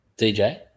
dj